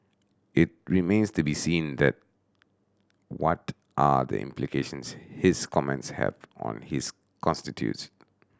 it remains to be seen that what are the implications his comments have on his constituents